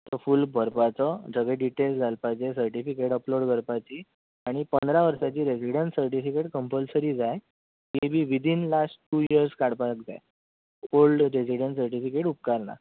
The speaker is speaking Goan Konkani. तो फूल भरपाचो सगळे डिटेल्स घालपाचे सटिफिकेट अप्लोड करपाची आनी पंदरा वर्साची रॅजिडण सटिफिकेट कंपलसरी जाय तीवूय be within last two years काडपाक जाय ओल्ड रॅजिडंस सटिफिकेट उपकारना